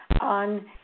On